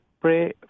pray